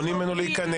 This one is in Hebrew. מונעים ממנו להיכנס,